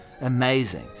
amazing